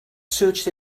searched